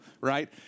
right